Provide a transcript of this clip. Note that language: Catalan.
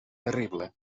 terrible